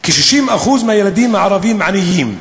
כ-60% מהילדים הערבים עניים,